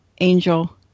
Angel